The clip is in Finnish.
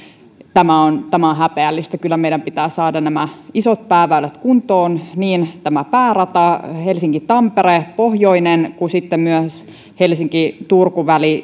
tämä on tämä on häpeällistä kyllä meidän pitää saada nämä isot pääväylät kuntoon niin tämä päärata helsinki tampere pohjoinen kuin sitten myös helsinki turku väli